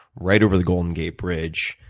right over the golden gate bridge,